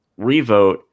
revote